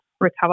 recover